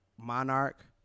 Monarch